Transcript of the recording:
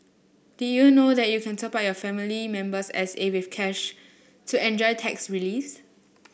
did you know that you can top up your family member's S A with cash to enjoy tax reliefs